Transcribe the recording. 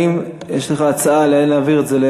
האם יש לך הצעה לאן להעביר את זה,